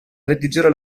redigere